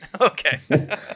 Okay